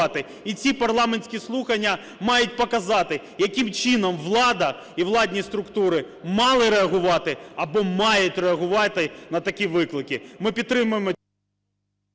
і ці парламентські слухання мають показати, яким чином влада і владні структури мали реагувати або мають реагувати на такі виклики. Ми підтримуємо…